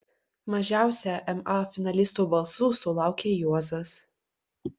mažiausia ma finalistų balsų sulaukė juozas